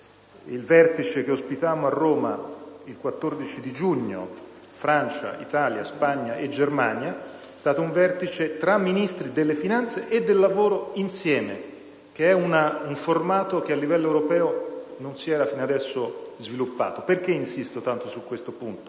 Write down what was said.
Il vertice che ospitammo a Roma il 14 giugno tra Francia, Italia, Spagna e Germania è stato un vertice tra Ministri delle finanze e del lavoro insieme, un formato che a livello internazionale non si era fino ad ora sviluppato. Insisto tanto su questo punto,